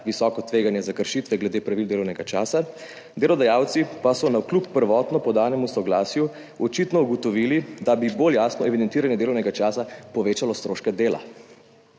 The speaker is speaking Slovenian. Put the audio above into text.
visoko tveganje za kršitve glede pravil delovnega časa. Delodajalci pa so navkljub prvotno podanemu soglasju očitno ugotovili, da bi bolj jasno evidentiranje delovnega časa povečalo stroške dela.